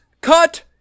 Cut